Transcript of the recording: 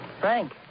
Frank